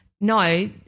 no